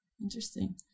Interesting